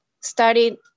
started